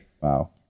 Wow